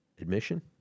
admission